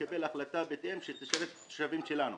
ולקבל החלטה בהתאם שתתאים לתושבים שלנו.